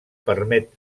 permet